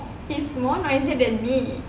he's more noisier than me